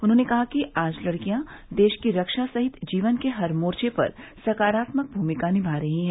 उन्होंने कहा कि आज लडकियां देश की रक्षा सहित जीवन के हर मोर्चे पर सकारात्मक भूमिका निभा रही हैं